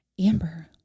amber